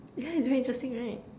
yeah it's very interesting right